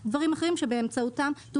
או רישיון נהיגה.